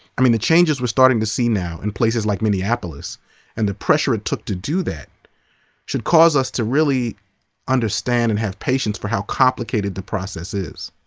i mean, the changes we're starting to see now in places like minneapolis and the pressure it took to do that should cause us to really understand and have patience for how complicated the process is.